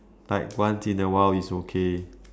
like once in a while it's okay